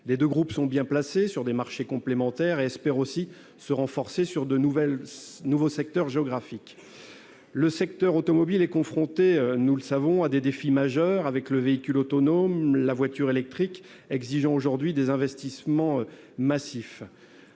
Les deux groupes sont bien placés sur des marchés complémentaires et espèrent aussi se renforcer sur de nouveaux secteurs géographiques. Le secteur automobile est confronté à des défis majeurs, le véhicule autonome et la voiture électrique exigeant des investissements massifs.